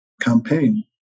campaign